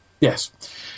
yes